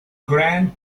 grand